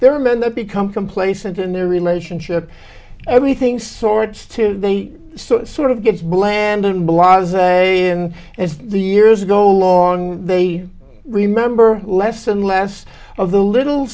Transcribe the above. there are men that become complacent in their relationship everything sorts to they sort of gets bland and blahs and as the years go along they remember less and less of the little